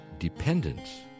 dependence